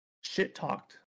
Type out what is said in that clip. shit-talked